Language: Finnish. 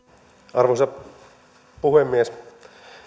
arvoisa puhemies